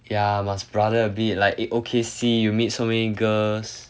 yeah must brother a bit like eh okay see you meet so many girls